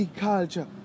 culture